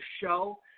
show